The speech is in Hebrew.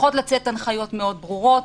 צריכות לצאת הנחיות מאוד ברורות.